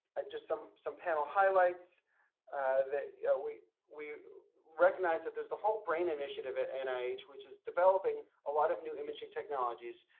i just some some panel highlights that we we recognize that, there's the whole brain initiative at and nih, which is developing a lot of new emerging technologies.